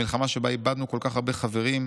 המלחמה שבה איבדנו כל כך הרבה חברים,